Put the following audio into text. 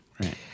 Right